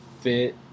fit